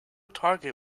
target